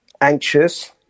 anxious